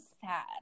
sad